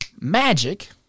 magic